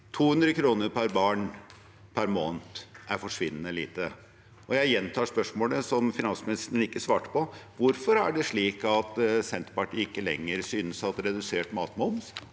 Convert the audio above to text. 2023 2023 måned er forsvinnende lite. Jeg gjentar spørsmålet som finansministeren ikke svarte på: Hvorfor er det slik at Senterpartiet ikke lenger synes at redusert matmoms